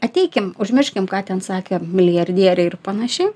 ateikim užmirškim ką ten sakė milijardieriai ir panašiai